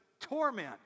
torment